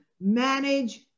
manage